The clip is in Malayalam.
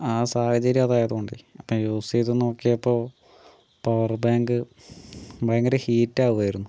ആ സാഹചര്യം അതായത് കൊണ്ട് അപ്പം യൂസ് ചെയ്ത് നോക്കിയപ്പോൾ പവർ ബാങ്ക് ഭയങ്കര ഹീറ്റാകുവായിരുന്നു